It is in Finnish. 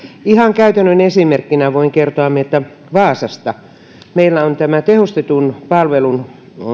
ihan käytännön esimerkkinä voin kertoa meiltä vaasasta meillä on tämä tehostetun palvelun